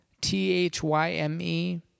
T-H-Y-M-E